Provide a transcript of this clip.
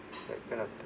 that kind of